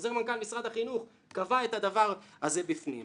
חוזר מנכ"ל משרד החינוך קבע את הדבר הזה בפנים.